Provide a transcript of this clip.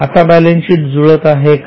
आता बॅलेन्सशीट जुळत आहे का